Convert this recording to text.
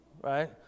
Right